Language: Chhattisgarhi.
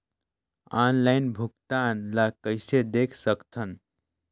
ऑनलाइन भुगतान ल कइसे देख सकथन?